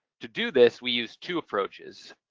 to do this we use two approaches.